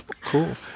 Cool